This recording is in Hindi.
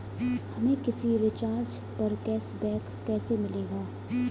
हमें किसी रिचार्ज पर कैशबैक कैसे मिलेगा?